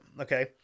Okay